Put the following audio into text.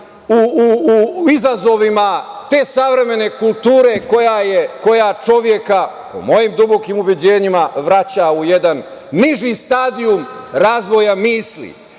u izazovima te savremene kulture koja čoveka, po mojim dubokim ubeđenjima, vraća u jedan niži stadijum razvoja misli,